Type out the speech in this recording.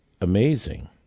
amazing